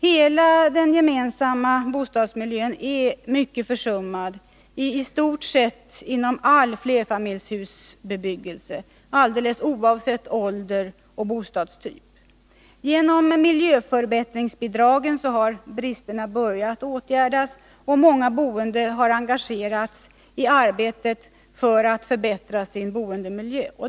Hela den gemensamma bostadsmiljön är mycket försummad inom i stort sett all flerfamiljshusbebyggelse, alldeles oavsett ålder och byggnadstyp. Genom miljöförbättringsbidragen har bristerna börjat åtgärdas, och många boende har engagerats i arbetet för att förbättra sin boendemiljö.